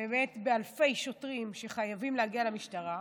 באלפי שוטרים שחייבים להגיע למשטרה,